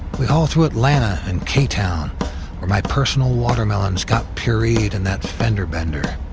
we haul through atlanta and k-town where my personal watermelons got pureed in that fender bender.